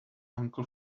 uncle